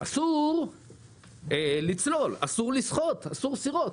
אסור לצלול, אסור לשחות, אסור סירות.